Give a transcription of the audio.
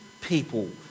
people